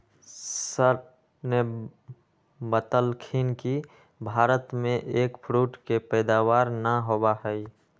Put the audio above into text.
sir ने बतल खिन कि भारत में एग फ्रूट के पैदावार ना होबा हई